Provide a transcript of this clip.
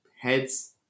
heads